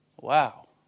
Wow